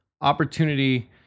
opportunity